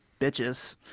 bitches